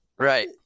Right